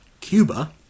Cuba